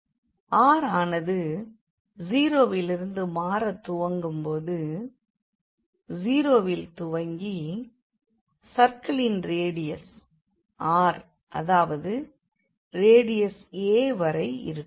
r ஆனது 0 விலிருந்து மாறத்துவங்கும் போது 0 வில் துவங்கி சர்க்கிளின் ரேடியஸ் r அதாவது ரேடியஸ் a வரை இருக்கும்